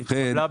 זה הסיפור?